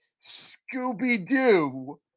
Scooby-Doo